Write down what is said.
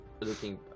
Looking